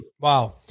Wow